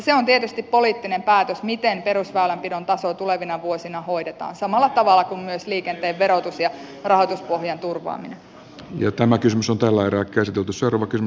se on tietysti poliittinen päätös miten perusväylänpidon taso tulevina vuosina hoidetaan samalla tavalla kuin myös liikenteen verotus ja rahoituspohjan turvaaminen ja tämä kysymys on talon rakensi tutussa orvokin